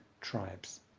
tribes